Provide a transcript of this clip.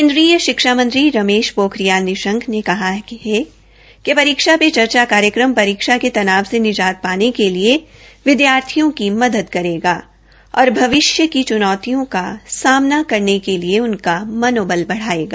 केन्द्रीय शिक्षा मिंत्री रमेश पोखिरियाल निशंक ने कहा है कि परीक्षा पे चर्चा कार्यक्रम परीक्षा के तनाब से निजात पाने के लिए विदयार्थियों की मदद करेगा और भविष्य की चुनौतियों का सामना करने के लिए उनका मनोबल बढ़ायेगा